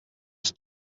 els